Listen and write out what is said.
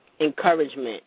encouragement